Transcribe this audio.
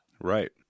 Right